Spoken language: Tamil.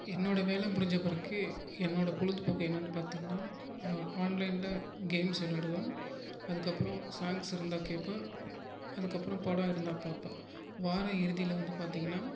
என்னோடய வேலை முடிஞ்சப்பிறகு என்னோடய பொழுதுப்போக்கு என்னனு பார்த்திங்கனா ஆன்லைன்ல கேம்ஸ் விளாயாடுவேன் அதுக்கப்புறம் சாங்ஸ் இருந்தால் கேட்பேன் அதுக்கப்புறம் படம் இருந்தால் பார்ப்பேன் வாரம் இறுதியில் வந்து பார்த்திங்கனா